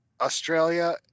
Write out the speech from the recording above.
Australia